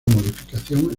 modificación